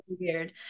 weird